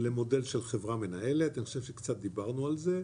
למודל של חברה מנהלת, אני חושב שקצת דיברנו על זה.